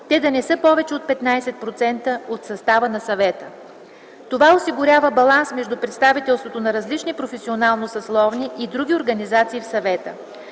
те да са не повече от 15% от състава на Съвета. Това осигурява баланс между представителството на различни професионално-съсловни и други организации в Съвета.